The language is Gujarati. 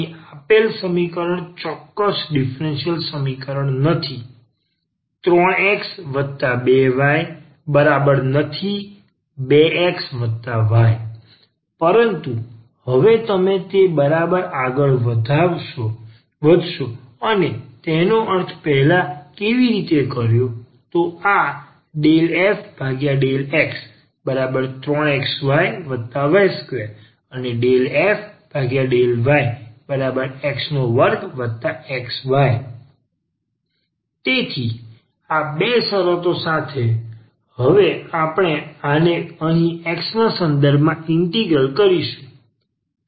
અહીં આપેલ સમીકરણ ચોક્કસ ડીફરન્સીયલ સમીકરણ નથી ⟹3x2y≠2xy પરંતુ હવે તમે તે બરાબર આગળ વધશો અને તેનો અર્થ પહેલા કેવી રીતે કર્યો આ ∂f∂x3xyy2 ∂f∂yx2xy તેથી આ બે શરતો સાથે હવે આપણે આને અહીં x ના સંદર્ભમાં ઇન્ટિગ્રલ કરીશું